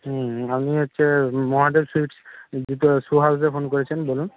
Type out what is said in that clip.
আপনি হচ্ছে মহাদেব জুতো স্যু হাউজে ফোন করেছেন বলুন